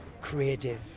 creative